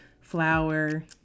flour